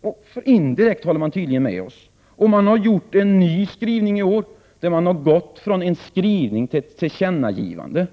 —- indirekt håller man tydligen med oss. I år är det en ny skrivning. Utskottet har gått från en skrivning till ett tillkännagivande.